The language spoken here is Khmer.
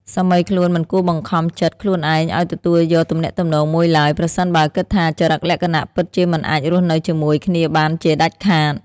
សាមីខ្លួនមិនគួរបង្ខំចិត្តខ្លួនឯងឱ្យទទួលយកទំនាក់ទំនងមួយឡើយ ប្រសិនបើគិតថាចរិតលក្ខណៈពិតជាមិនអាចរស់នៅជាមួយគ្នាបានជាដាច់ខាត។